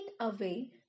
away